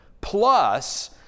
plus